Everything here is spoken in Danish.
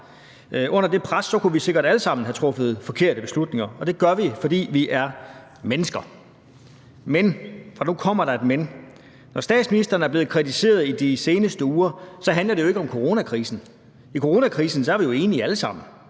Under det pres kunne vi sikkert alle sammen have truffet forkerte beslutninger, og det gør vi, fordi vi er mennesker. Men – for nu kommer der et men – når statsministeren er blevet kritiseret i de seneste uger, handler det jo ikke om coronakrisen. Hvad angår coronakrisen, er vi jo alle sammen